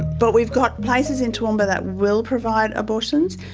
but we've got places in toowoomba that will provide abortions,